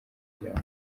byabo